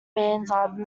mansard